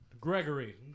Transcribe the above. Gregory